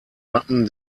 wappen